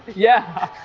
yeah,